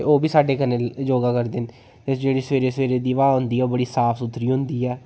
ते ओह् बी साड्डे कन्नै योगा करदे न ते जेह्ड़ी सवेरे सवेरे दी ब्हाऽ होंदी ऐ ओह् बड़ी साफ सुथरी होंदी ऐ